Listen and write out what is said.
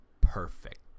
perfect